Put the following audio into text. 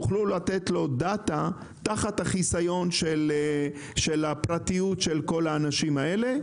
כדי שאפשר יהיה לתת לו דאטה תחת החיסיון של כל האנשים האלה.